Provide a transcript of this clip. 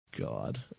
God